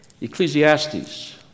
Ecclesiastes